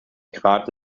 gerade